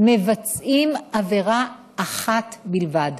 מבצעים עבירה אחת בלבד